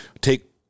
take